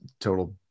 total